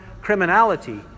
criminality